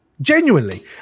Genuinely